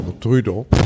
Trudeau